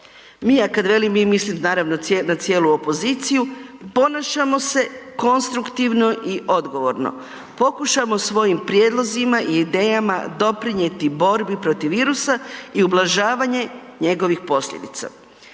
mi ja kada velim mislim naravno na cijelu opoziciju, ponašamo se konstruktivno i odgovorno, pokušamo svojim prijedlozima i idejama doprinijeti borbi protiv virusa i ublažavanje njegovih posljedica.